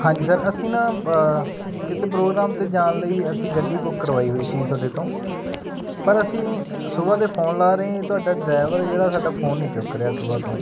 ਹਾਂਜੀ ਸਰ ਅਸੀਂ ਨਾ ਕਿਤੇ ਪ੍ਰੋਗਰਾਮ 'ਤੇ ਜਾਣ ਲਈ ਅਸੀਂ ਗੱਡੀ ਬੁੱਕ ਕਰਵਾਈ ਹੋਈ ਸੀ ਤੁਹਾਡੇ ਤੋਂ ਪਰ ਅਸੀਂ ਸੁਬਹਾ ਦੇ ਫੋਨ ਲਾ ਰਹੇ ਤੁਹਾਡਾ ਡਰਾਈਵਰ ਜਿਹੜਾ ਸਾਡਾ ਫੋਨ ਨਹੀਂ ਚੁੱਕ ਰਿਹਾ ਸੁਬਹਾ ਤੋਂ